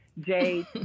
Jay